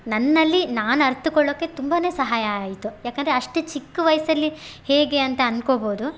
ನನ್ನಲ್ಲಿ ನಾನು ಅರಿತ್ಕೊಳ್ಳೋಕೆ ತುಂಬಾ ಸಹಾಯ ಆಯಿತು ಯಾಕೆಂದ್ರೆ ಅಷ್ಟು ಚಿಕ್ ವಯಸ್ಸಲ್ಲಿ ಹೇಗೆ ಅಂತ ಅಂದ್ಕೋಬೋದು